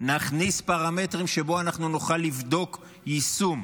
נכניס פרמטרים שבהם אנחנו נוכל לבדוק יישום,